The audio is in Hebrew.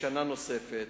בשנה נוספת.